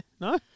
No